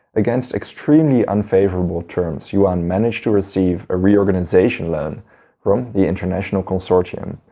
against extremely unfavourable terms yuan managed to receive a reorganisation loan from the international consortium,